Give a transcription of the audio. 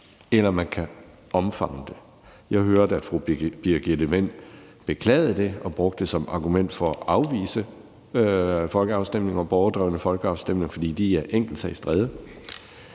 eller man kan omfavne det. Jeg hørte, at fru Birgitte Vind beklagede det og brugte det som argument for at afvise borgerdrevne folkeafstemninger, altså at man skal det,